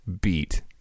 beat